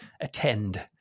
attend